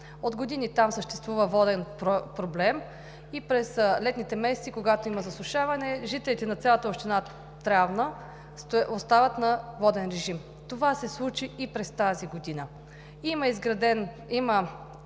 От години там съществува воден проблем и през летните месеци, когато има засушаване, жителите на цялата община Трявна остават на воден режим. Това се случи и през тази година. Има направен